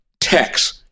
text